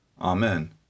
Amen